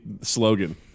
slogan